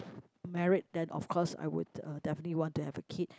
married then of course I would uh definitely want to have a kid